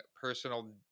personal